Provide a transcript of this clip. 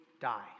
die